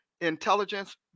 Intelligence